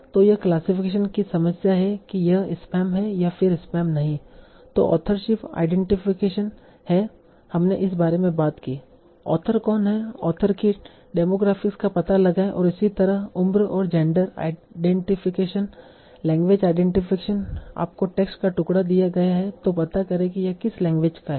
तो यह क्लासिफिकेशन की समस्या है यह स्पैम है या फिर स्पैम नहीं है तो ऑथरशीप आइडेंटिफिकेशन है हमने इस बारे में बात की ऑथर कौन है ऑथर की डेमोग्राफ़िक्स का पता लगाएं और इसी तरह उम्र और जेंडर आइडेंटिफिकेशन लैंग्वेज आइडेंटिफिकेशन आपको टेक्स्ट का टुकड़ा दिया गया है तों पता करें कि यह किस लैंग्वेज का है